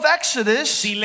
Exodus